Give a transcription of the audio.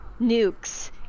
nukes